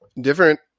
Different